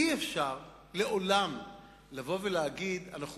אי-אפשר לעולם לבוא ולהגיד: אנחנו